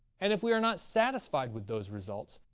and, if we are not satisfied with those results,